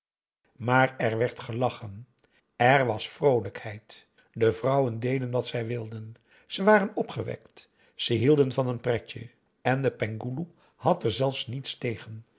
maar er werd gelachen er was vroolijkheid de vrouwen deden wat zij wilden ze waren opgewekt ze hielden van een pretje en de penghoeloe had er zelfs niets tegen